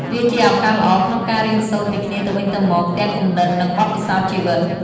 វាជាឱកាសល្អក្នុងការ រៀនសូត្រពីគ្នាទៅវិញទៅមក ទាំងគំនិត និងបទពិសោធន៍ជីវិត។